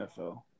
NFL